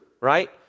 right